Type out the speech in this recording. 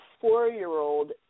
four-year-old